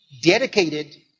dedicated